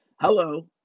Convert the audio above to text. Hello